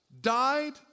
died